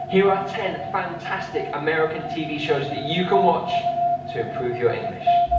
here are ten fantastic american tv shows that you can watch to improve your english.